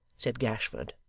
said gashford,